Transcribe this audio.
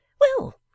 Well